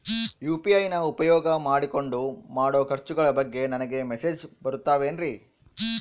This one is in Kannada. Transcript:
ಯು.ಪಿ.ಐ ನ ಉಪಯೋಗ ಮಾಡಿಕೊಂಡು ಮಾಡೋ ಖರ್ಚುಗಳ ಬಗ್ಗೆ ನನಗೆ ಮೆಸೇಜ್ ಬರುತ್ತಾವೇನ್ರಿ?